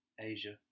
Asia